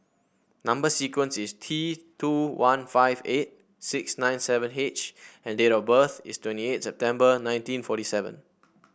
number sequence is T two one five eight six nine seven H and date of birth is twenty eight September nineteen forty seven